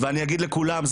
ואני אגיד את זה לכולם,